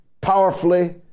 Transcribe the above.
powerfully